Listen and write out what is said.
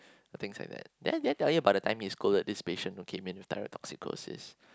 things like that did I did I tell you about the time you scolded this patient who came in with tirotoxicosis